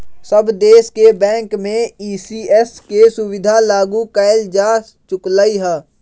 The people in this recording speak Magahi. सब देश के बैंक में ई.सी.एस के सुविधा लागू कएल जा चुकलई ह